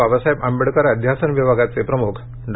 बाबासाहेब आंबेडकर अध्यासन विभागाचे प्रमुख डॉ